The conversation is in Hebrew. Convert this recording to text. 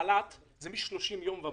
בחל"ת, זה מ-30 ימים ומעלה.